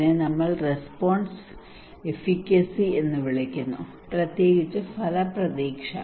ഇതിനെ നമ്മൾ response efficacy എന്ന് വിളിക്കുന്നു പ്രത്യേകിച്ച് ഫലപ്രതീക്ഷ